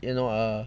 you know uh